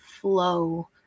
flow